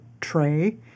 tray